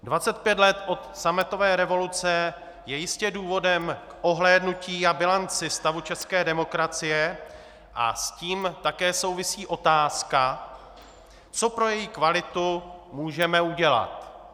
Dvacet pět let od sametové revoluce je jistě důvodem k ohlédnutí a bilanci stavu české demokracie a s tím také souvisí otázka, co pro její kvalitu můžeme udělat.